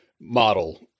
model